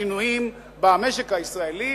השינויים במשק הישראלי,